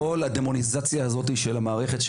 כל הדמוניזציה של המערכת,